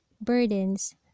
burdens